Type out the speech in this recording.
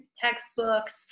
textbooks